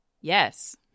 yes